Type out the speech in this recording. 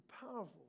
powerful